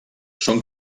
són